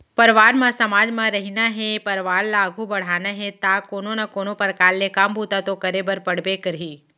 परवार म समाज म रहिना हे परवार ल आघू बड़हाना हे ता कोनो ना कोनो परकार ले काम बूता तो करे बर पड़बे करही